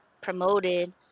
promoted